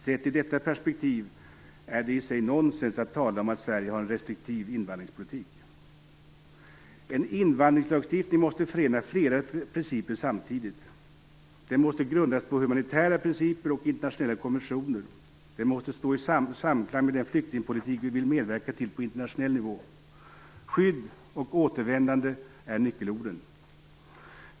Sett i detta perspektiv är det i sig nonsens att tala om att Sverige har en restriktiv invandringspolitik. En invandringslagstiftning måste förena flera principer samtidigt. Den måste grundas på humanitära principer och internationella konventioner. Den måste stå i samklang med den flyktingpolitik vi vill medverka till på internationell nivå. Skydd och återvändande är nyckelorden.